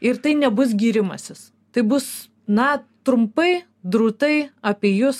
ir tai nebus gyrimasis tai bus na trumpai drūtai apie jus